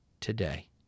today